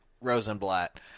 Rosenblatt